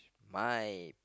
my